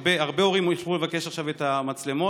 הרבה הורים ילכו לבקש עכשיו את המצלמות.